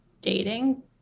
dating